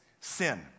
sin